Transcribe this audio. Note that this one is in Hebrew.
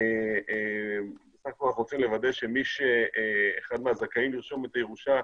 אנחנו רוצים לוודא שאחד הזכאים לרשום את הירושה,